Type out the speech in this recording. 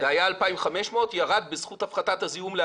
זה היה 2,500 וירד ל-1,900 בזכות הפחתת הזיהום.